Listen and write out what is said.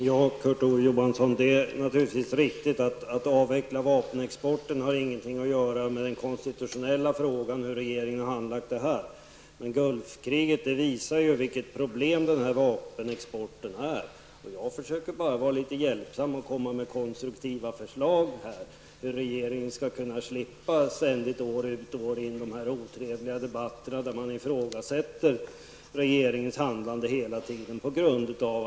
Herr talman! Det är naturligtvis riktigt, Kurt Ove Johansson, att en avveckling av vapenexporten inte har något att göra med den konstitutionella frågan om hur regeringen har handlagt ärendet i fråga. Men Gulfkriget visar vilket stort problem denna vapenexport är. Jag försöker bara vara litet hjälpsam och lägga fram konstruktiva förslag, så att regeringen slipper att år efter år få dessa otrevliga debatter där dess handlande hela tiden ifrågasätts.